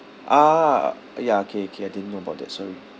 ah ya K K I didn't know about that sorry